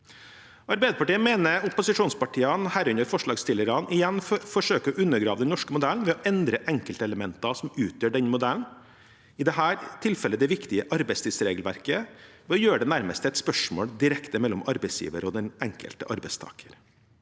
Arbeiderpartiet mener opposisjonspartiene, herunder forslagsstillerne, igjen forsøker å undergrave den norske modellen ved å endre enkeltelementer som utgjør den – i dette tilfellet det viktige arbeidstidsregelverket – og gjøre det nærmest til et spørsmål direkte mellom arbeidsgiver og den enkelte arbeidstaker.